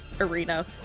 arena